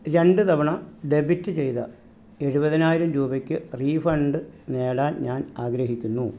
രണ്ട് തവണ ഡെബിറ്റ് ചെയ്ത എഴുപതിനായിരം രൂപയ്ക്ക് റീഫണ്ട് നേടാൻ ഞാൻ ആഗ്രഹിക്കുന്നു